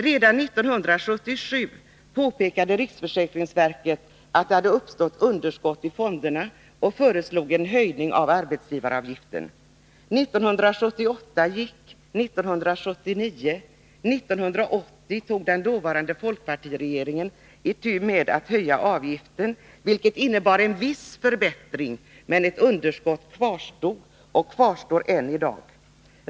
Redan 1977 påpekade riksförsäkringsverket att det hade uppstått underskott i fonderna och föreslog en höjning av arbetsgivaravgiften. 1978 gick, och likaså 1979. 1980 tog den dåvarande folkpartiregeringen itu med att höja avgiften, vilket innebar en viss förbättring, men ett underskott kvarstod och kvarstår än i dag.